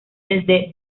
desde